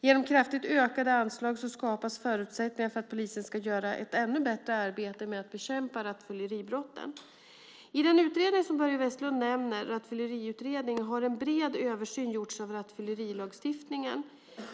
Genom kraftigt ökade anslag skapas goda förutsättningar för polisen att göra ett ännu bättre arbete med att bekämpa rattfylleribrotten. I den utredning som Börje Vestlund nämner, Rattfylleriutredningen, har en bred översyn gjorts av rattfyllerilagstiftningen.